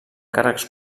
càrrecs